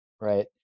right